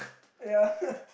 ya